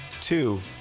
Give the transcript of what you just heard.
two